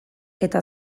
eta